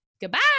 Goodbye